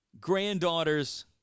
granddaughter's